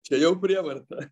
čia jau prievarta